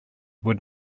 would